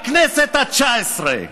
בכנסת התשע עשרה.